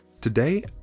Today